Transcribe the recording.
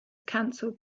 cancelled